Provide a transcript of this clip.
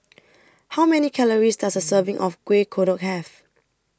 How Many Calories Does A Serving of Kueh Kodok Have